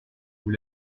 vous